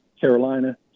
Carolina